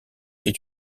est